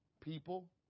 People